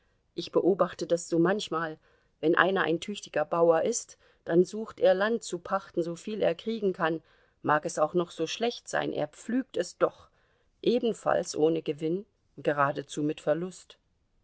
ich beobachte das so manchmal wenn einer ein tüchtiger bauer ist dann sucht er land zu pachten soviel er kriegen kann mag es auch noch so schlecht sein er pflügt es doch ebenfalls ohne gewinn geradezu mit verlust